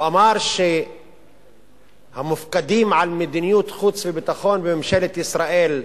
הוא אמר שהמופקדים על מדיניות החוץ והביטחון בממשלת ישראל,